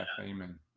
Amen